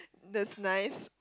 that's nice